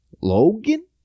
Logan